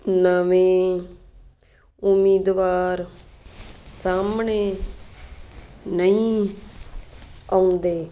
ਨਵੇਂ ਉਮੀਦਵਾਰ ਸਾਹਮਣੇ ਨਹੀਂ ਆਉਂਦੇ